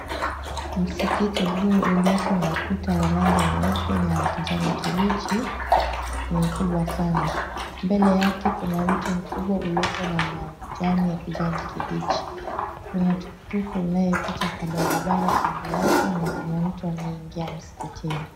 Msikiti huu uliko na kuta wa rangi nyeupe na ya kijani kibichi ni kubwa sana. Mbele yake kuna mti mkubwa ulioko na majani ya kijani kibichi. Kuna tuktuk inayopita kwa barabara kando yake na kuna mtu anayeingia msikitini.